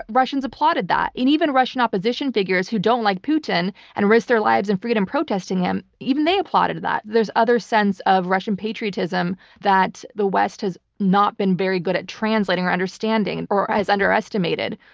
russians applauded that, and even russian opposition figures who don't like putin and risked their lives in freedom protesting him, even they applauded that. there's another sense of russian patriotism that the west has not been very good at translating or understanding, or has underestimated,